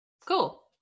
Cool